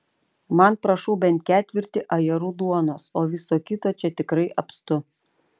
man prašau bent ketvirtį ajerų duonos o viso kito čia tikrai apstu